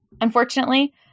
unfortunately